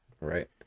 Right